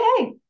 okay